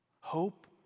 Hope